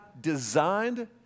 designed